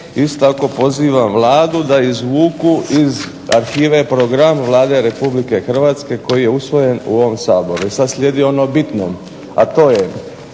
isto tako pozivam Vladu da izvuku iz arhive program Vlade Republike Hrvatske koji je usvojen u ovom Saboru. Sad slijedi ono bitno, a to je